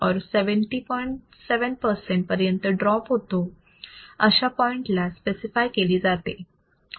7 percent पर्यंत drop होतो अशा पॉइंटला स्पॅसीफाय केली जाते